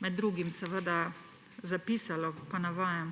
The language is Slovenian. med drugim zapisalo, pa navajam: